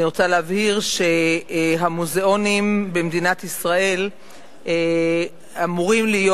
אני רוצה להבהיר שהמוזיאונים במדינת ישראל אמורים להיות,